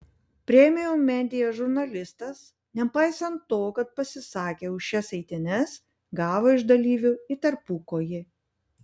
premium media žurnalistas nepaisant to kad pasisakė už šias eitynes gavo iš dalyvių į tarpukojį